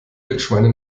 wildschweine